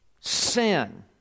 sin